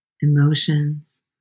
emotions